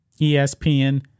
ESPN